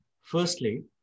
firstly